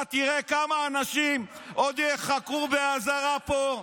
אתה תראה כמה אנשים עוד ייחקרו באזהרה פה,